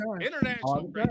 international